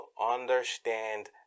understand